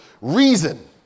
reason